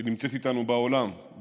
שנמצאת איתנו באולם,